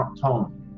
tone